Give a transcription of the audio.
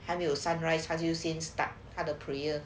还没有 sunrise 他就先 start 他的 prayer